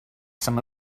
some